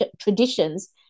traditions